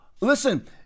Listen